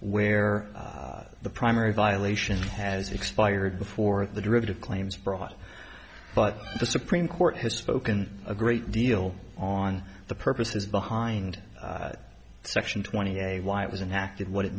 where the primary violation has expired before the derivative claims brought but the supreme court has spoken a great deal on the purposes behind section twenty a why it was an act and what it